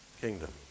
kingdom